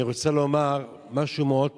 אני רוצה לומר משהו מאוד פשוט,